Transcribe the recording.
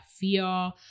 fear